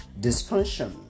Dysfunction